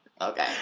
Okay